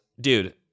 Dude